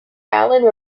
allen